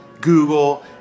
Google